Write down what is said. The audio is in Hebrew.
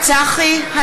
(קוראת בשמות חברי הכנסת) צחי הנגבי,